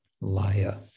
laya